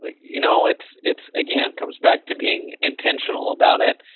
you know it's it's again, comes back to being intentional about it,